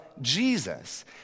Jesus